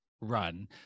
run